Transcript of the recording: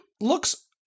looks